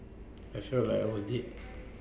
I felt like I was dead